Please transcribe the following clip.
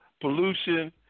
pollution